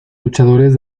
luchadores